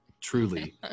truly